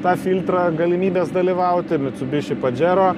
tą filtrą galimybės dalyvauti mitsubiši padžero